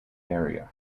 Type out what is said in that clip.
area